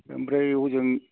ओमफ्राय हजों